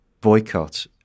boycott